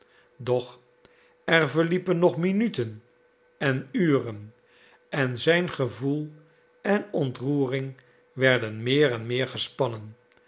doch er verliepen nog minuten en uren en zijn gevoel en ontroering werden meer en meer gespannen